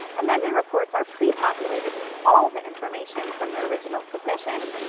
amended reports are pre-populated with all the information from the original submission.